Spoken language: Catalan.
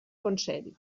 consell